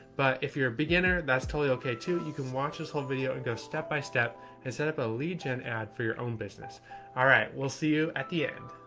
but if you're a beginner, that's totally okay too. you can watch this whole video and go step by step and set up a lead gen ad for your own business ah we'll see you at the end.